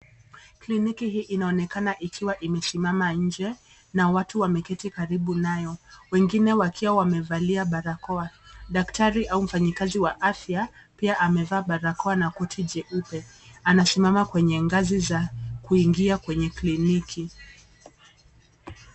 Kliniki hii inaonekana ikiwa imesimama nje na watu wameketi karibu nayo, wengine wakiwa wamevalia barakoa . Daktari au mhudumu wa afya pia amevaa barakoa na koti jeupe. Anasimama kwenye ngazi za kuingia kwenye kliniki.